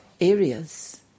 areas